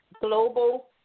global